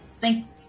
Thank